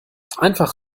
einfach